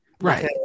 Right